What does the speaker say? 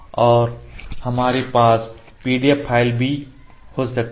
और हमारे पास PDF फाइल भी हो सकती है